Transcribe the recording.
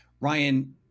Ryan